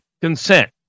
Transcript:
consent